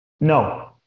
no